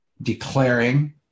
declaring